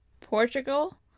Portugal